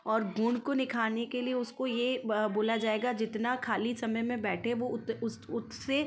और गुण को निखारने के लिए उसको यह बोला जाएगा जितना खाली समय में बैठे वह उस उससे